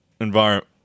environment